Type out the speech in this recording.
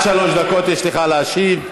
עד שלוש דקות יש לך להשיב.